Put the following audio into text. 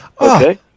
Okay